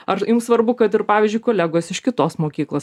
ar jums svarbu kad ir pavyzdžiui kolegos iš kitos mokyklos